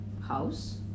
house